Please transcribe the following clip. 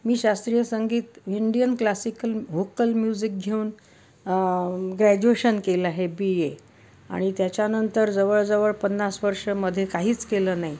मी शास्त्रीय संगीत Indian classical vocal music घेऊन ग्रॅज्युएशन केलं आहे बी ए आणि त्याच्यानंतर जवळजवळ पन्नास वर्ष मध्ये काहीच केलं नाही